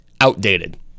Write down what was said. outdated